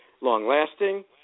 long-lasting